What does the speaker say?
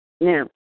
Now